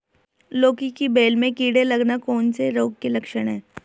लौकी की बेल में कीड़े लगना कौन से रोग के लक्षण हैं?